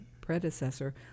predecessor